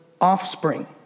offspring